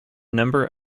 number